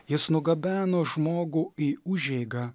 jis nugabeno žmogų į užeigą